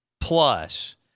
Plus